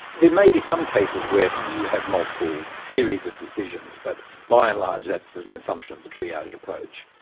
there may be some cases where you have multiple series of decisions, but by and large that's an assumption of the triage approach.